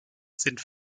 sind